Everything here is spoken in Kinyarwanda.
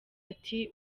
ati